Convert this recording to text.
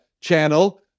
channel